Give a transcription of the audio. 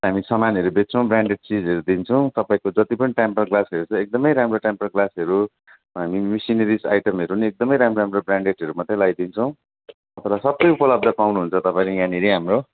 हामी समानहरू बेच्छौँ ब्रान्डेड चिजहरू दिन्छौँ तपाईँको जति पनि टेम्पर ग्लासहरू छ एकदमै राम्रो टेम्पर ग्लासहरू हामी मेसिनेरिस आइटमहरू नि एकदमै राम्रो राम्रो ब्रान्डेडहरू मात्रै लगाइदिन्छौँ र सबै उपलब्ध पाउनु हुन्छ तपाईँले यहाँनेरि हाम्रो